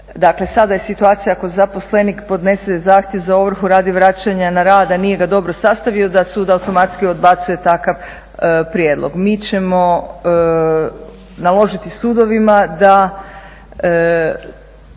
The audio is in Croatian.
sada je situacija ako zaposlenik podnese zahtjev za ovrhu radi vraćanja na rad, a nije ga dobro sastavio da sud automatski odbacuje takav prijedlog. Mi ćemo naložiti sudovima da